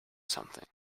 something